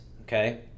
okay